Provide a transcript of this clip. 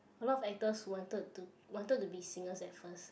a lot of actors wanted to wanted to be singers at first